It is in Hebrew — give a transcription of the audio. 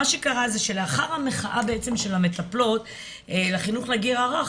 מה שקרה זה שלאחר המחאה של המטפלות לחינוך לגיל הרך,